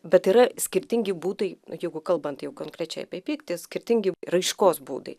bet yra skirtingi būdai jeigu kalbant jau konkrečiai apie pyktį skirtingi raiškos būdai